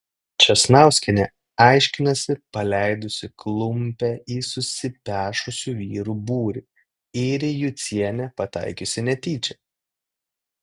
česnauskienė aiškinasi paleidusi klumpe į susipešusių vyrų būrį ir į jucienę pataikiusi netyčia